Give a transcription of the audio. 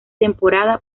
temporada